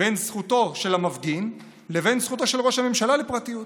בין זכותו של המפגין לבין זכותו של ראש הממשלה לפרטיות.